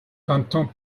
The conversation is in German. kanton